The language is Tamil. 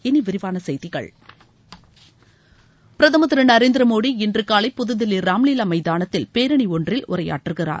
இனி விரிவான செய்திகள் பிரதமர் திரு நரேந்திர மோடி இன்று காலை புதுதில்லி ராம்லீவா மைதானத்தில் பேரணி ஒன்றில் உரையாற்றுகிறார்